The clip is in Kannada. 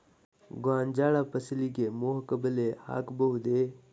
ಗೋಂಜಾಳ ಫಸಲಿಗೆ ಮೋಹಕ ಬಲೆ ಹಾಕಬಹುದೇ?